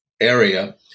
area